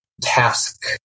task